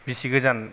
बेसे गोजान